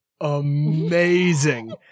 amazing